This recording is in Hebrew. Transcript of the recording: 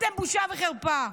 אתם בושה וחרפה.